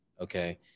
Okay